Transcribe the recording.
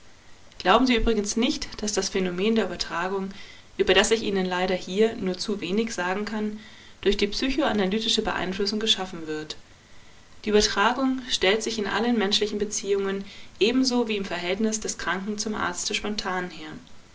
glauben sie übrigens nicht daß das phänomen der übertragung über das ich ihnen leider hier nur zu wenig sagen kann durch die psychoanalytische beeinflussung geschaffen wird die übertragung stellt sich in allen menschlichen beziehungen ebenso wie im verhältnis des kranken zum arzte spontan her